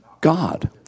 God